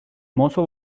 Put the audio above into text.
mozo